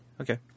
Okay